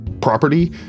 property